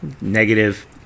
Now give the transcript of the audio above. negative